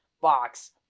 box